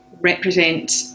represent